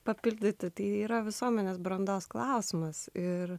papildyti tai yra visuomenės brandos klausimas ir